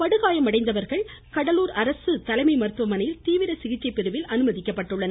படுகாயமடைந்தவர்கள் கடலூர் அரசு தலைமை மருத்துவமனையில் தீவிர சிகிச்சைப்பிரிவில் அனுமதிக்கப்பட்டுள்ளனர்